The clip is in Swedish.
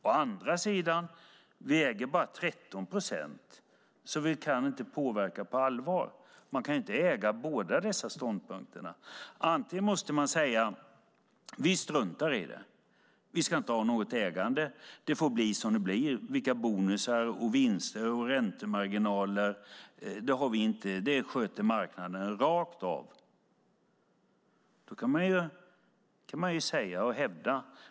Å andra sidan: Vi äger bara 13 procent, så vi kan inte påverka på allvar. Men man kan inte äga båda dessa ståndpunkter. Man kan säga: Vi struntar i det. Vi ska inte ha något ägande. Det får bli som det blir, vilka bonusar, vinster och räntemarginaler det är. Det sköter marknaden rakt av. Det kan man säga och hävda.